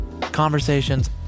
Conversations